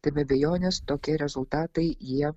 tai be abejonės tokie rezultatai jie